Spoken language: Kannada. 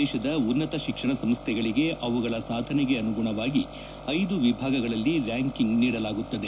ದೇಶದ ಉನ್ನತ ಶಿಕ್ಷಣ ಸಂಸ್ಥೆಗಳಿಗೆ ಅವುಗಳ ಸಾಧನೆಗೆ ಅನುಗುಣವಾಗಿ ಐದು ವಿಭಾಗಗಳಲ್ಲಿ ರ್ಯಾಂಕಿಂಗ್ ನೀಡಲಾಗುತ್ತದೆ